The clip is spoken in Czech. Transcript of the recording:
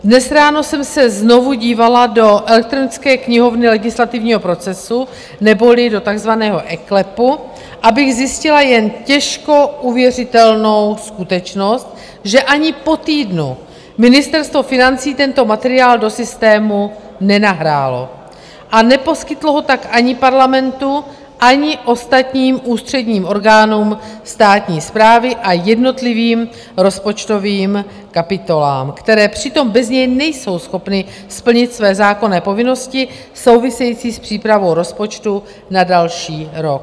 Dnes ráno jsem se znovu dívala do elektronické knihovny legislativního procesu neboli do takzvaného eKLEPu, abych zjistila jen těžko uvěřitelnou skutečnost, že ani po týdnu Ministerstvo financí tento materiál do systému nenahrálo a neposkytlo ho tak ani Parlamentu, ani ostatním ústředním orgánům státní správy a jednotlivým rozpočtovým kapitolám, které přitom bez něj nejsou schopny splnit své zákonné povinnosti související s přípravou rozpočtu na další rok.